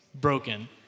broken